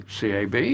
CAB